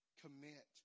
commit